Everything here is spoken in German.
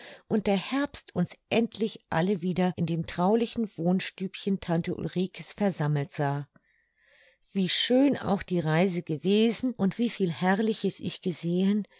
und der herbst uns endlich alle wieder in dem traulichen wohnstübchen tante ulrike's versammelt sah wie schön auch die reise gewesen und wie viel herrliches ich gesehen